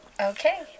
Okay